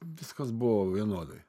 viskas buvo vienodai